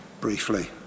briefly